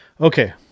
okay